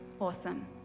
Awesome